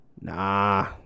nah